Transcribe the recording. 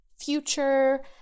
future